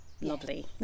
lovely